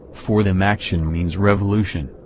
for them action means revolution,